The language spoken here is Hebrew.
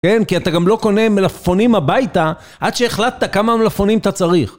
כן? כי אתה גם לא קונה מלפפונים הביתה עד שהחלטת כמה מלפפונים אתה צריך.